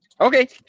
Okay